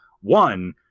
one